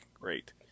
great